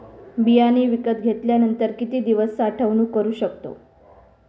बियाणे विकत घेतल्यानंतर किती दिवस साठवणूक करू शकतो?